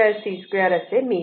हे तुमचे sin ω t आहे